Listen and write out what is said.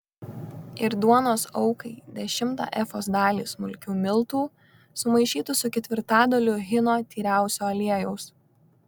ir duonos aukai dešimtą efos dalį smulkių miltų sumaišytų su ketvirtadaliu hino tyriausio aliejaus